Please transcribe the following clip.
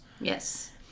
yes